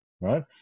right